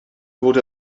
fod